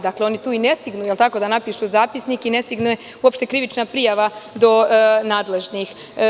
Dakle, oni tu i ne stignu da napišu zapisnik i ne stigne uopšte krivična prijava do nadležnih.